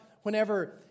whenever